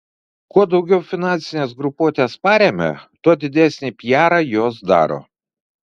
kuo daugiau finansines grupuotes paremia tuo didesnį pijarą jos daro